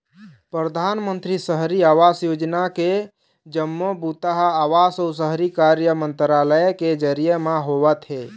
परधानमंतरी सहरी आवास योजना के जम्मो बूता ह आवास अउ शहरी कार्य मंतरालय के जरिए म होवत हे